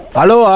Hello